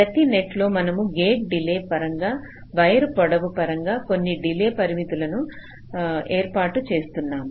ప్రతి నెట్ లో మనము గేటు డిలే పరంగా వైరు పొడవు పరంగా కొన్ని డిలే పరిమితులను ఏర్పాటు చేస్తున్నాము